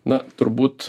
na turbūt